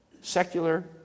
Secular